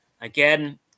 again